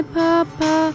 papa